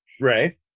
Right